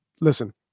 Listen